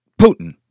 Putin